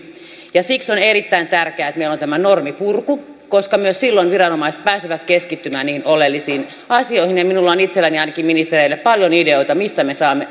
siksi on erittäin tärkeää että meillä on tämä normipurku koska silloin viranomaiset myös pääsevät keskittymään niihin oleellisiin asioihin ja ainakin minulla itselläni on ministereille paljon ideoita mistä me saamme